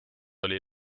oli